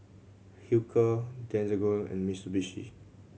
Hilker Desigual and Mitsubishi